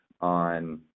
on